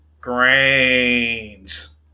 Grains